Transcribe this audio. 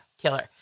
killer